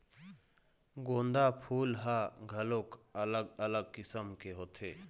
गोंदा फूल ह घलोक अलग अलग किसम के होथे